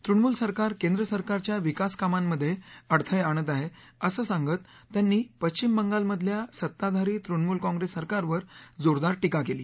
तृणमूल सरकार केंद्र सरकारच्या विकासकामांमध्ये अडथळे आणत आहे असं सांगत त्यांनी पक्षिम बंगालमधल्या सत्ताधारी तृणमूल कॉंप्रेस सरकारवर जोरदार टीका केली